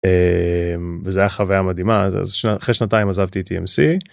וזה היה חוויה מדהימה אז אחרי שנתיים עזבתי את TMC.